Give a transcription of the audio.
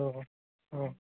অঁ অঁ